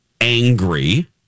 angry